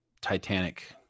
Titanic